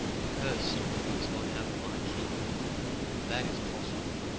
person who has gone out of my ken that is possible.